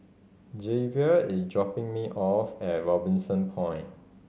Javier is dropping me off at Robinson Point